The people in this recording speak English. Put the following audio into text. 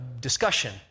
discussion